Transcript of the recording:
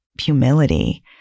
humility